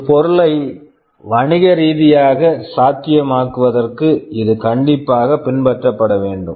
ஒரு பொருளை வணிக ரீதியாக சாத்தியமாக்குவதற்கு இது கண்டிப்பாக பின்பற்றப்பட வேண்டும்